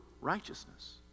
righteousness